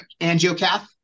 angiocath